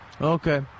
Okay